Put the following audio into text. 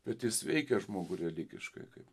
bet jis veikia žmogų religiškai kaip